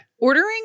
Ordering